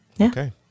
Okay